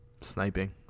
sniping